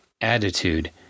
Attitude